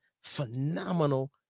phenomenal